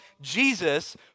Jesus